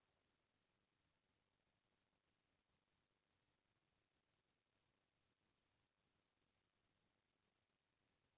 पहिली के बहू बेटी मन काम करे म पीछू नइ हटत रहिन, बहू मन कुटई छरई के बूता ल घर म कर लेत रहिन